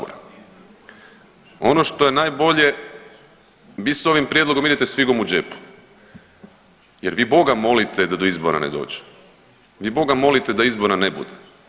Ono što je najbolje vi s ovim prijedlogom idete s figom u džepu jer vi Boga molite da do izbora ne dođe, vi Boga molite da izbora ne bude.